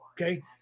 Okay